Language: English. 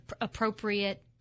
appropriate